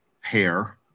hair